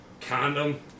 condom